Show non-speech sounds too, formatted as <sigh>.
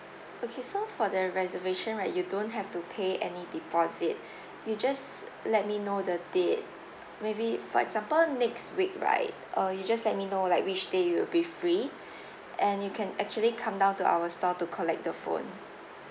okay so for the reservation right you don't have to pay any deposit <breath> you just uh let me know the date uh maybe for example next week right uh you just let me know like which day you'll be free <breath> and you can actually come down to our store to collect the phone